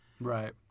Right